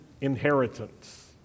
inheritance